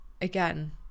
again